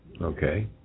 Okay